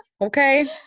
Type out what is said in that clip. okay